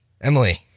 Emily